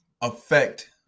affect